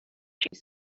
she